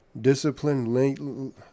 discipline